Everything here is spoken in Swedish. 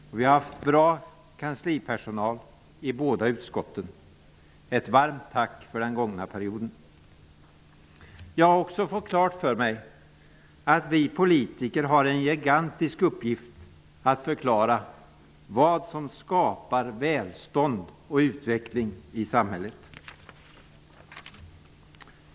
Det har varit bra kanslipersonal i båda utskotten. Ett varmt tack för den gångna perioden. Jag har också fått klart för mig att vi politiker har en gigantisk uppgift att förklara vad som skapar välstånd och utveckling i samhället.